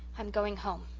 i'm going home.